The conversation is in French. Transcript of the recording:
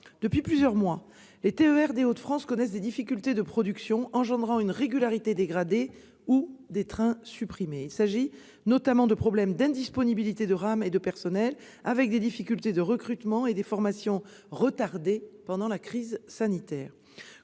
Depuis plusieurs mois, les TER des Hauts-de-France connaissent des difficultés de production, entraînant une régularité dégradée ou des trains supprimés. Les problèmes ont notamment trait à l'indisponibilité de rames et de personnels, avec des difficultés de recrutement et des formations retardées pendant la crise sanitaire.